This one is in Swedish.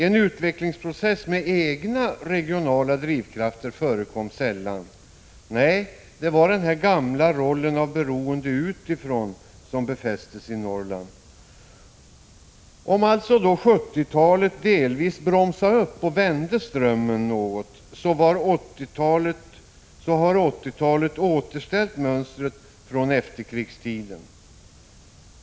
En utvecklingsprocess med egna regionala drivkrafter förekom sällan — nej, det var den gamla rollen av beroende utifrån som befästes i Norrland. Om alltså 1970-talet delvis bromsade upp och vände strömmen något så har 1980-talet återställt mönstret från efterkrigstiden.